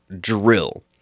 drill